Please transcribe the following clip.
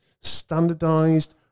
standardized